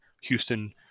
houston